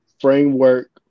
framework